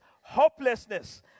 hopelessness